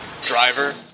driver